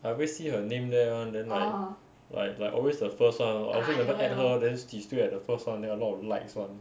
I always see her name there [one] then like like like always the first [one] I also never add her then still at the first [one] then a lot of likes [one]